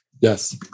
Yes